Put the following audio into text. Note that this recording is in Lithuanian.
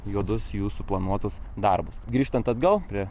juodus jų suplanuotus darbus grįžtant atgal prie